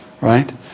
right